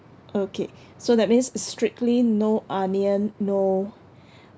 okay so that means it's strictly no onion no